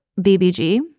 BBG